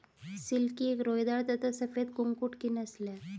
silkie एक रोएदार तथा सफेद कुक्कुट की नस्ल है